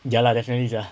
ya lah definitely sia